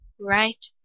Right